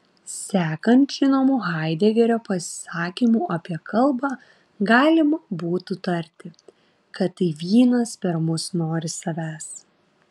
sekant žinomu haidegerio pasisakymu apie kalbą galima būtų tarti kad tai vynas per mus nori savęs